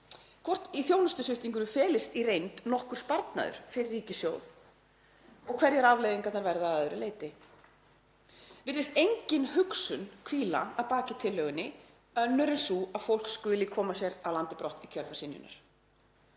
hvort í þjónustusviptingunni felist í reynd nokkur sparnaður fyrir ríkissjóð og hverjar afleiðingarnar verða að öðru leyti. Það virðist engin hugsun hvíla að baki tillögunni önnur en sú að fólk skuli koma sér af landi brott í kjölfar synjunar.